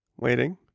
Waiting